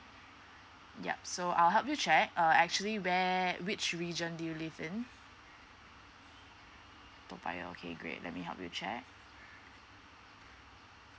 yup so I'll help you check uh actually where which region do you live in toa payoh okay great let me help you check